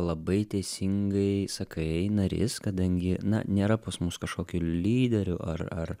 labai teisingai sakai narys kadangi na nėra pas mus kašokių lyderių ar ar